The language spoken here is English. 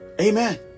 Amen